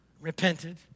Repented